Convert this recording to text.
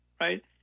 right